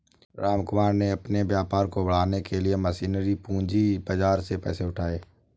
रामकुमार ने अपने व्यापार को बढ़ाने के लिए बड़ी मशीनरी पूंजी बाजार से पैसे उठाए